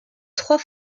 trois